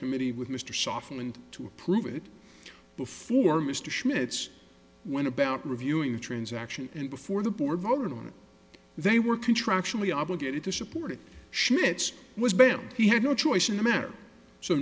committee with mr softened to approve it before mr schmitz went about reviewing the transaction and before the board voted on it they were contractually obligated to support it schmitz was banned he had no choice in the matter so